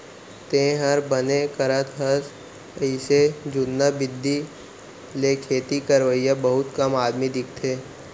तैंहर बने करत हस अइसे जुन्ना बिधि ले खेती करवइया बहुत कम आदमी दिखथें